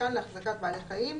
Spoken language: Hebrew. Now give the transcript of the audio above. מיתקן להחזקת בעלי חיים.